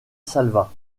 salva